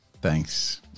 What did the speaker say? Thanks